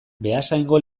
beasaingo